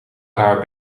haar